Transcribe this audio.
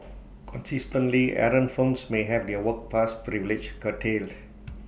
consistently errant firms may have their work pass privileges curtailed